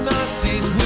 Nazis